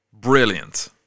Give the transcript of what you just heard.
Brilliant